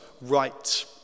right